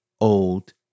old